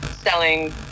selling